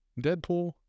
Deadpool